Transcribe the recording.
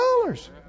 dollars